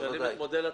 משנים את מודל התמורה?